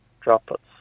droplets